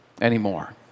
anymore